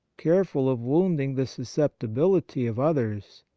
careful of wounding the susceptibility of others,